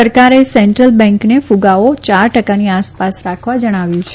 સરકારે સેન્ટ્રલ બેંકને ફગાવો ચાર ટકાની આસપાસ રાખવા જણાવ્યું છે